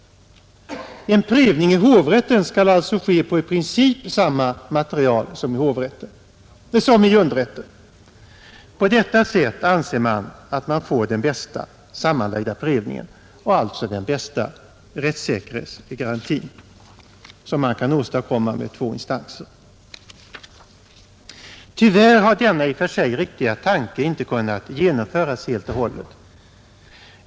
En prövning i hovrätten skall alltså ske på i princip samma material som i underrätten. På detta sätt anser man att man får den bästa sammanlagda prövningen och alltså den bästa rättssäkerhetsgaranti som man kan åstadkomma med två instanser. Tyvärr har denna i och för sig riktiga tanke inte kunnat genomföras helt och hållet.